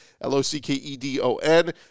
L-O-C-K-E-D-O-N